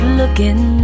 looking